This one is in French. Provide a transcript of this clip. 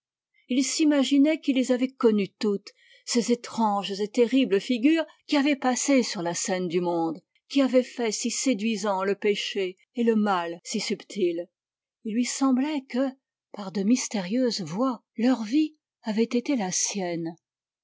il s'imaginait qu'il les avait connues toutes ces étranges et terribles figures qui avaient passé sur la scène du monde qui avaient fait si séduisant le péché et le mal si subtil il lui semblait que par de mystérieuses voies leur vie avait été la sienne